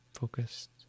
focused